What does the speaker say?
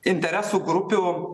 interesų grupių